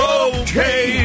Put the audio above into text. okay